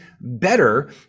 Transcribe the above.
better